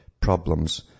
problems